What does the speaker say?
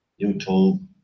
YouTube